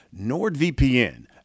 nordvpn